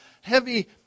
heavy